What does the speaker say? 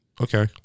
Okay